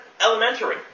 elementary